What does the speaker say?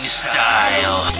style